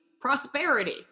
prosperity